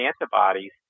antibodies